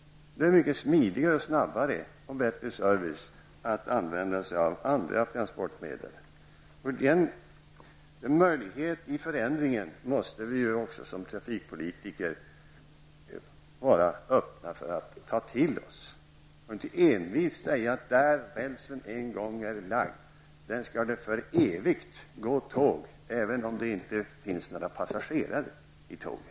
Det är mycket smidigare, snabbare och ger bättre service att använda sig av andra transportmedel. Den möjligheten till förändring måste vi som trafikpolitiker vara öppna för att ta till oss och inte envist säga att där rälsen en gång är lagd skall det för evigt gå tåg, även om det inte finns några passagerare på tågen.